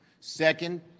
Second